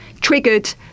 triggered